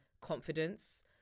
confidence